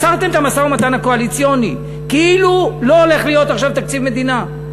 עצרתם את המשא-ומתן הקואליציוני כאילו לא הולך להיות עכשיו תקציב מדינה.